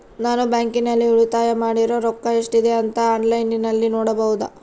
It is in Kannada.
ನಾನು ಬ್ಯಾಂಕಿನಲ್ಲಿ ಉಳಿತಾಯ ಮಾಡಿರೋ ರೊಕ್ಕ ಎಷ್ಟಿದೆ ಅಂತಾ ಆನ್ಲೈನಿನಲ್ಲಿ ನೋಡಬಹುದಾ?